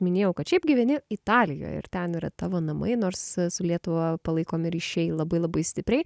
minėjau kad šiaip gyveni italijoj ir ten yra tavo namai nors su lietuva palaikomi ryšiai labai labai stipriai